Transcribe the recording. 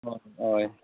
अ होय